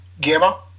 Gamma